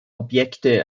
objekte